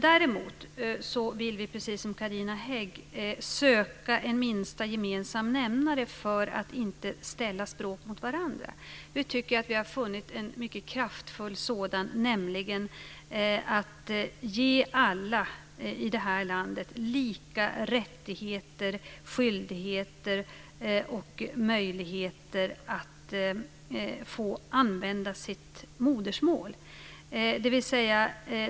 Däremot vill vi, precis som Carina Hägg, söka en minsta gemensam nämnare för att inte ställa språk mot varandra. Vi tycker att vi har funnit en mycket kraftfull sådan, nämligen att ge alla i det här landet lika rättigheter, skyldigheter och möjligheter att använda sitt modersmål.